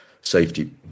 safety